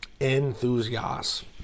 enthusiast